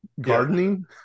gardening